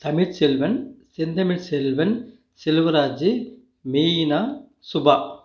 Tamilselvan Senthamilselvan Selvaraju Meena Subha